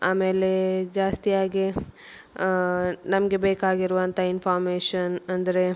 ಆಮೇಲೆ ಜಾಸ್ತಿಯಾಗಿ ನಮಗೆ ಬೇಕಾಗಿರುವಂಥ ಇನ್ಫಾರ್ಮೇಶನ್ ಅಂದರೆ